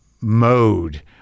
mode